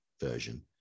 version